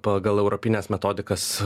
pagal europines metodikas